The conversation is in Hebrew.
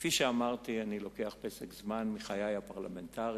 כפי שאמרתי, אני לוקח פסק זמן מחיי הפרלמנטריים.